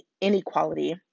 inequality